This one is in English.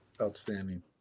Outstanding